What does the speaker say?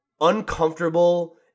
uncomfortable